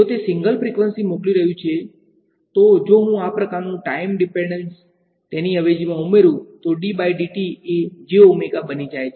જો તે single frequency મોકલી રહ્યું છે તો જો હું આ પ્રકારનુ ટાઈમ ડીપેંડન્સ તેની અવેજીમાં ઉમેરુ તો d બાય dt એ j ઓમેગા બની જાય છે